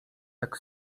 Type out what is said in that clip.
jak